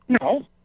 No